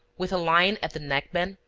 with a line at the neck-band,